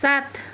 सात